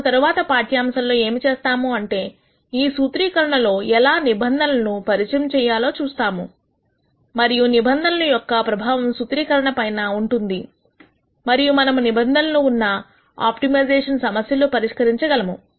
మనం తరువాత పాఠ్యాంశంలో ఏమి చేస్తాము అంటే ఈ సూత్రీకరణ లో ఎలా నిబంధనల అను పరిచయం చేయా లో చూస్తాము మరియు నిబంధన యొక్క ప్రభావం సూత్రీకరణ పైన ఉంటుంది మరియు మనము నిబంధనలు ఉన్నా ఆప్టిమైజేషన్ సమస్యలను పరిష్కరించగలము